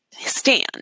Stand